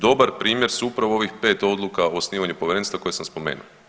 Dobar primjer su upravo ovih 5 odluka o osnivanju povjerenstva koje sam spomenuo.